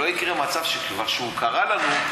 שלא יקרה מצב שכשהוא כבר קרה לנו,